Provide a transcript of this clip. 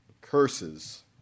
curses